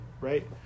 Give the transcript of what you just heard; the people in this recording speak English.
right